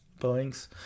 boeings